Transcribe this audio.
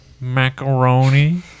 macaroni